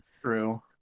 True